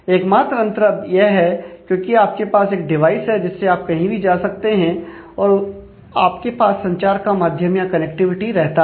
एकमात्र अंतर अब यह है क्योंकि आपके पास एक डिवाइस है जिससे आप कहीं भी जा सकते हैं और आपके पास संचार का माध्यम या कनेक्टिविटी रहता है